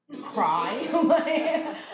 cry